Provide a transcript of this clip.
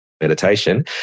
meditation